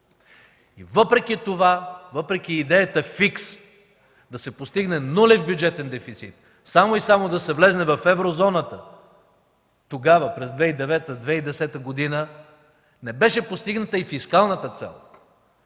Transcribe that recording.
И въпреки това, въпреки идеята фикс да се постигне нулев бюджетен дефицит, само и само да се влезе в Еврозоната, тогава, през 2009-2010 г. не беше постигната и фискалната цел,